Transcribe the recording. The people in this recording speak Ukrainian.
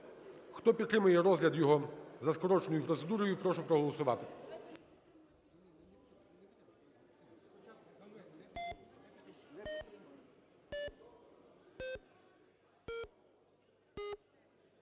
Хто підтримує розгляд його за скороченою процедурою, прошу проголосувати.